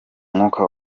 mwuka